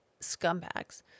scumbags